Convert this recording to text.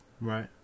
Right